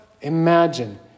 imagine